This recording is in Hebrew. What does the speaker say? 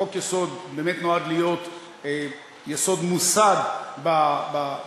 חוק-יסוד באמת נועד להיות יסוד מוסד בפרלמנט,